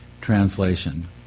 translation